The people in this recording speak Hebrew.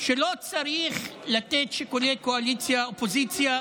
שלא צריך לתת שיקולי קואליציה אופוזיציה,